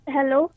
Hello